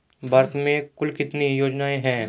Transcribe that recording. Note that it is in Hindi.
भारत में कुल कितनी योजनाएं हैं?